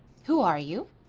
who are you.